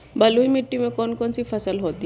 बलुई मिट्टी में कौन कौन सी फसल होती हैं?